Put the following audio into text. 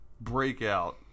Breakout